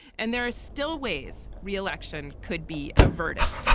and there are still ways re-election could be averted.